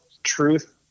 Truth